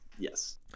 Yes